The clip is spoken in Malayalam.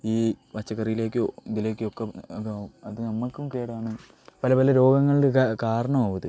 ഈ പച്ചക്കറിയിലേക്കോ ഇതിലേക്കൊക്കെ അത് അത് നമ്മൾക്കും കേടാണ് പല പല രോഗങ്ങളുടെ ഒക്കെ കാരണമാവുമത്